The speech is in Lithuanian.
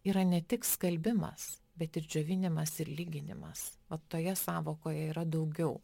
yra ne tik skalbimas bet ir džiovinimas ir lyginimas ot toje sąvokoje yra daugiau